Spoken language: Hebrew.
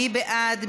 מי בעד?